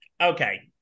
okay